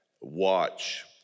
watch